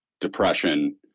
depression